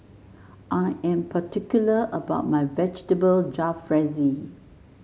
I am particular about my Vegetable Jalfrezi